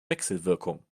wechselwirkung